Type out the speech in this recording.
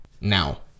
Now